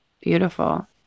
Beautiful